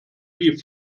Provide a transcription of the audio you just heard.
die